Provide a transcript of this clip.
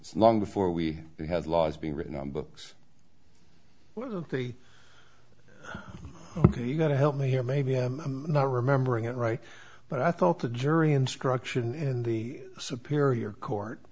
so long before we had laws being written on books wealthy ok you got to help me here maybe i'm not remembering it right but i thought the jury instruction in the superior court